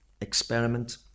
experiment